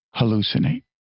hallucinate